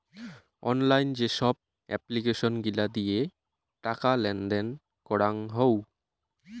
online যেসব application গিলা দিয়ে টাকা লেনদেন করাঙ হউ